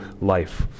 life